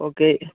okay